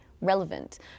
relevant